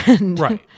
Right